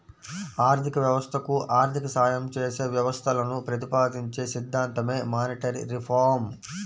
ఆర్థిక వ్యవస్థకు ఆర్థిక సాయం చేసే వ్యవస్థలను ప్రతిపాదించే సిద్ధాంతమే మానిటరీ రిఫార్మ్